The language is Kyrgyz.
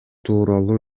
тууралуу